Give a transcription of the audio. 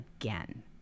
again